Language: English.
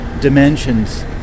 dimensions